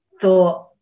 thought